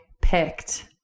picked